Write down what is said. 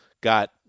Got